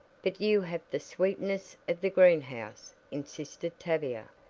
but you have the sweetness of the greenhouse, insisted tavia,